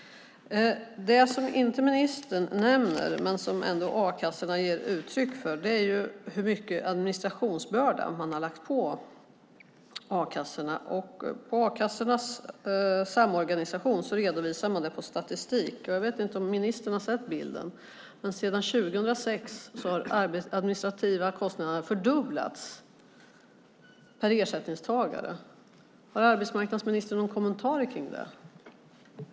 Det som ministern inte nämner men som a-kassorna ger uttryck för är hur stor administrationsbörda som lagts på a-kassorna. Arbetslöshetskassornas Samorganisation redovisar detta i statistik. Jag vet inte om ministern har sett den bild jag nu håller upp, men sedan 2006 har de administrativa kostnaderna fördubblats per ersättningstagare. Har arbetsmarknadsministern någon kommentar till det?